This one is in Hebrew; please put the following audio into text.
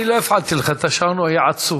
אני לא הפעלתי לך את השעון, הוא היה עצור.